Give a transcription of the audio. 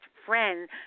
friend